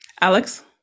Alex